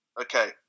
Okay